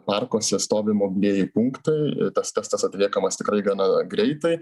parkuose stovi mobilieji punktai ir tas testas atliekamas tikrai gana greitai